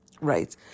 right